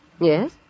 Yes